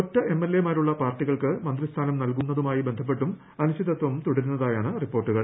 ഒറ്റ എംഎൽഎ മാരുള്ള പാർട്ടികൾക്ക് മന്ത്രി സ്ഥാനം നൽകുന്നതുമായി ബന്ധപ്പെട്ടും അനിശ്ചിതത്വം തുടരു ന്നതായാണ് റിപ്പോർട്ടുകൾ